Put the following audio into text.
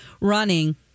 running